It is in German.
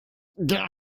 der